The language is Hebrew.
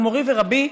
הוא מורי ורבי.